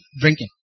drinking